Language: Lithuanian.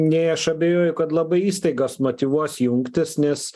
nei aš abejoju kad labai įstaigas motyvuos jungtis nes